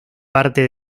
parte